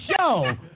show